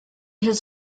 has